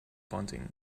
bunting